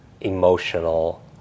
emotional